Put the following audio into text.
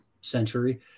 century